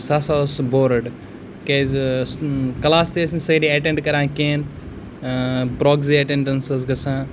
سۄ ہسا ٲس بورٕڈ کیازِ کَلاس تہِ ٲسۍ نہٕ سٲری اٮ۪ٹنٛڈ کَران کِہینۍ پرٛوکزی اٮ۪ٹنٛڈَنس ٲس گژھان